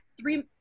three